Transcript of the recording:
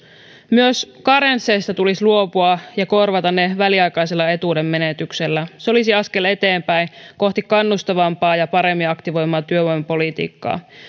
myös karensseista tulisi luopua ja korvata ne väliaikaisella etuuden menetyksellä se olisi askel eteenpäin kohti kannustavampaa ja paremmin aktivoivaa työvoimapolitiikkaa